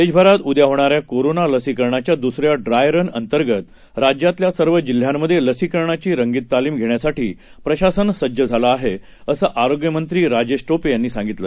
देशभरातउद्याहोणाऱ्याकोरोनालसीकरणाच्यादुसऱ्याड्रायरनअंतर्गतराज्यातल्यासर्वजिल्ह्यांमधेलसीकरणाचीरंगीततालीम घेण्यासाठी प्रशासन सज्ज आहे असंआरोग्यमंत्रीराजेशटोपेयांनीसांगितलं